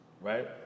right